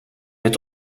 het